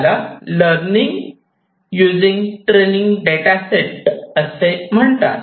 याला learning using training data set असे म्हणतात